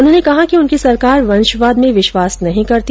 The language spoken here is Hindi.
उन्होंने कहा कि उनकी सरकार वंशवाद में विश्वास नहीं करती